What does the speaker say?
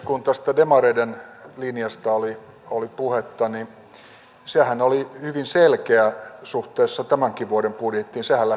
kun tästä demareiden linjasta oli puhetta niin sehän oli hyvin selkeä suhteessa tämänkin vuoden budjettiin